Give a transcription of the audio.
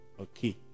okay